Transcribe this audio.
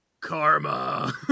Karma